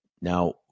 Now